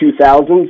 2000s